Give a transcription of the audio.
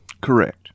Correct